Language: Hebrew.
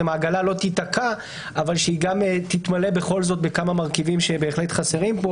העגלה לא תיתקע אבל גם שתתמלא במרכיבים שחסרים פה.